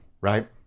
right